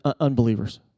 unbelievers